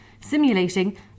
simulating